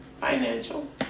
financial